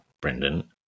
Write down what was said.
Brendan